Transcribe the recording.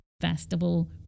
festival